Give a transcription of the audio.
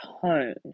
tone